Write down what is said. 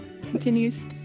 continues